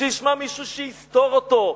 שישמע מישהו שיסתור אותו.